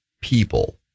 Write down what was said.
people